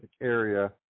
area